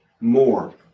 more